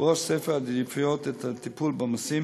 בראש סדר העדיפויות את הטיפול בעומסים